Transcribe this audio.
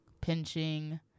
pinching